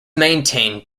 maintained